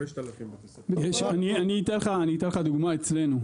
אני אתן לך דוגמה אצלנו.